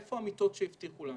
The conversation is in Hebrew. איפה המיטות שהבטיחו לנו?